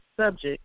subject